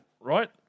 Right